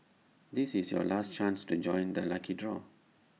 this is your last chance to join the lucky draw